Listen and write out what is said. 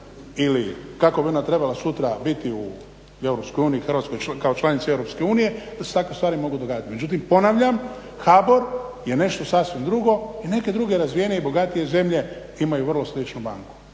ili kako bi ona trebala sutra biti u EU, Hrvatska kao članica EU da se takve stvari mogu događati. Međutim, ponavljam HBOR je nešto sasvim drugo i neke druge razvijenije i bogatije zemlje imaju vrlo sličnu banku